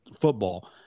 football